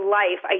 life